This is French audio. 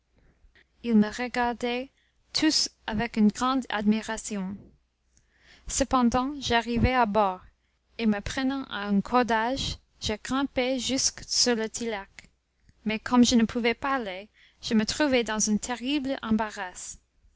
ils me regardaient tous avec une grande admiration cependant j'arrivai à bord et me prenant à un cordage je grimpai jusque sur le tillac mais comme je ne pouvais parler je me trouvai dans un terrible embarras